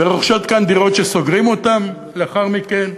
ורוכשים כאן דירות שהם סוגרים אותן לאחר מכן.